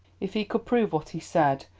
if he could prove what he said,